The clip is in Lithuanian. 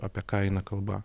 apie ką eina kalba